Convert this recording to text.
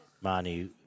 Manu